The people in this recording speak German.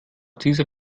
dieser